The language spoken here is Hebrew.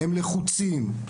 הם לחוצים,